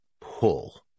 pull